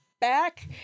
back